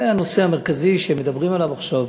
זה הנושא המרכזי שמדברים עליו עכשיו.